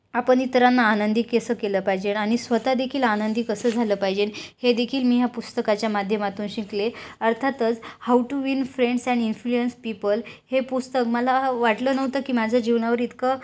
आपण इतरांना आनंदी कसं केलं पाहिजे आणि स्वतः देखील आनंदी कसं झालं पाहिजे हे देखील मी ह्या पुस्तकाच्या माध्यमातून शिकले अर्थातच how to win friends and influence people हे पुस्तक मला वाटलं नव्हतं की माझ्या जीवनावर इतकं